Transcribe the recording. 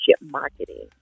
marketing